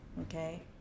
okay